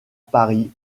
paris